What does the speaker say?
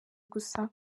gusa